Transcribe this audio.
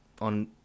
on